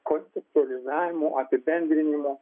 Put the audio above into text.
konceptualizavimu apibendrinimu